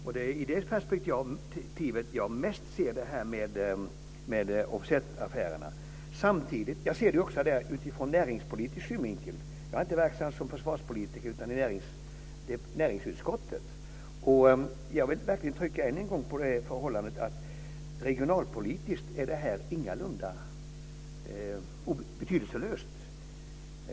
Det är i det perspektivet jag mest ser det här med offsetaffärerna. Jag ser detta också utifrån näringspolitisk synvinkel. Jag är inte verksam som försvarspolitiker utan sitter i näringsutskottet. Jag vill än en gång trycka på förhållandet att detta ingalunda är betydelselöst regionalpolitiskt.